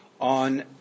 on